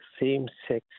same-sex